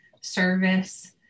service